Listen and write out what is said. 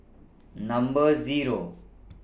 Number Zero